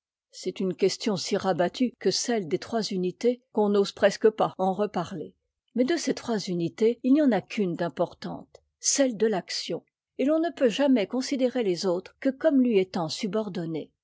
c'est une question si rabattue que cette des trois unités qu'on'n'ose presque pas en reparler mais de ces trois unités il n'y en a qu'une d'importante celle de l'action et l'on ne peut jamais considérer les autres que comme lui étant subordonnées